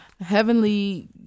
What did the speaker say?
Heavenly